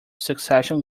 succession